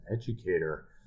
educator